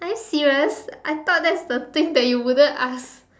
are you serious I thought that's the thing that you wouldn't ask